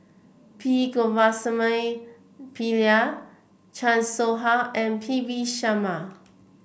P Govindasamy Pillai Chan Soh Ha and P V Sharma